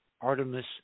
Artemis